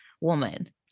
woman